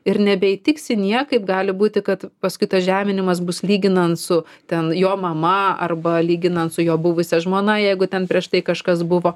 ir nebeįtiksi niekaip gali būti kad paskui tas žeminimas bus lyginant su ten jo mama arba lyginant su jo buvusia žmona jeigu ten prieš tai kažkas buvo